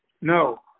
No